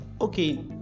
okay